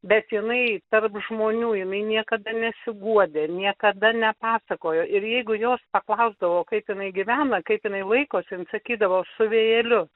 bet jinai tarp žmonių jinai niekada nesiguodė niekada nepasakojo ir jeigu jos paklausdavo kaip jinai gyvena kaip jinai laikosi jin sakydavo su vėjeliu